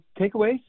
takeaways